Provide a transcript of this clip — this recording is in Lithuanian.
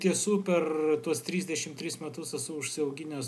tiesų per tuos trisdešim tris metus esu užsiauginęs